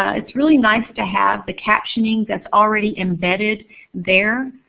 ah it's really nice to have the captioning that's already embedded there.